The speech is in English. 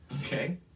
Okay